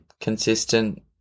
consistent